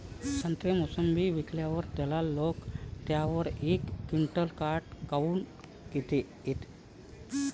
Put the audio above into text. संत्रे, मोसंबी विकल्यावर दलाल लोकं त्याच्यावर एक क्विंटल काट काऊन घेते?